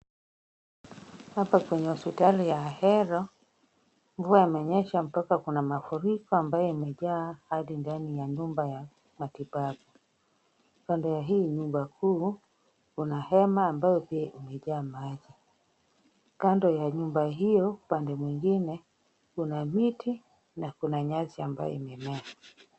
Hapa kwenye hospitali ya Ahero, mvua imenyesha mpaka kuna mafuriko ambayo imejaa hadi ndani ya nyumba ya matibabu. Kando ya hii nyumba kuu kuna hema ambayo pia imejaa maji. Kando ya nyumba hiyo upande mwingine kuna miti na kuna nyasi ambayo imemea.